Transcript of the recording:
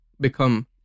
become